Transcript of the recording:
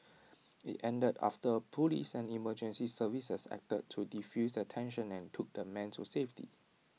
IT ended after Police and emergency services acted to defuse the tension and took the man to safety